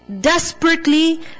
Desperately